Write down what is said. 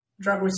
drug